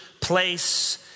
place